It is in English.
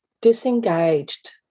disengaged